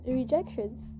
rejections